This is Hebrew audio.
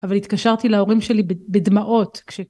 אבל התקשרתי להורים שלי בדמעות כש...